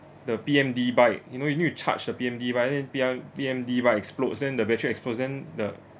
the P_M_D bike you know you know you charge your P_M_D bike and then P_M P_M_D bikes explodes then the battery explodes then the